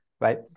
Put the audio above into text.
Right